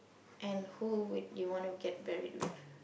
and who would you want to get burried with